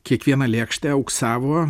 kiekvieną lėkštę auksavo